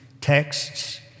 texts